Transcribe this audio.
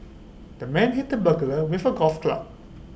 the man hit the burglar with A golf club